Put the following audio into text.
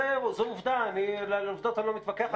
זו עובדה, על עובדות אני לא מתווכח.